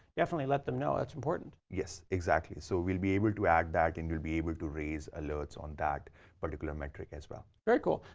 definitely, let them know, it's important. yes, exactly. so, we'll be able to add that and you'll be able to raise alerts on that particular metric as well. very cool.